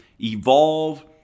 Evolve